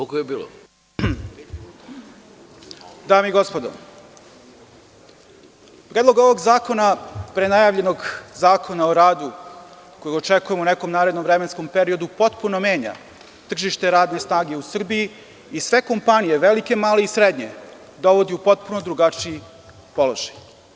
Dame i gospodo, predlog ovog zakona prenajavljenog zakona o radu koga očekujemo u narednom vremenskom periodu potpuno menja tržište radne snage u Srbiji i sve kompanije velike, male i srednje dovodi u potpuno drugačiji položaj.